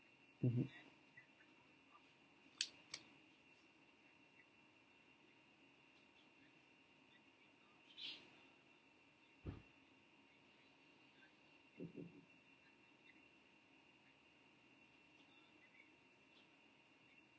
mmhmm